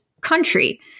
country